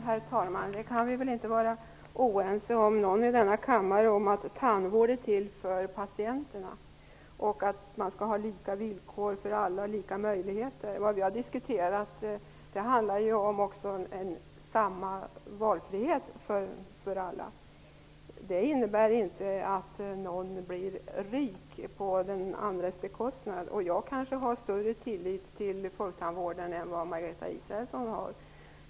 Herr talman! Inte någon i denna kammare kan vara oense om att tandvård är till för patienterna och att det skall vara lika villkor och möjligheter för alla. Vi har diskuterat denna lika valfrihet för alla. Det innebär inte att någon blir rik på andras bekostnad. Jag har kanske större tillit till folktandvården än vad Margareta Israelsson har.